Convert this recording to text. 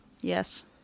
Yes